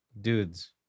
dude's